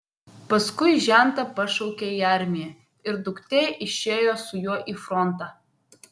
paskui žentą pašaukė į armiją ir duktė išėjo su juo į frontą